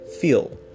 feel